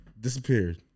Disappeared